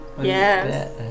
yes